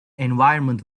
environment